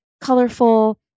colorful